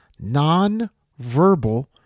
Nonverbal